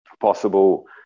possible